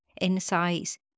insights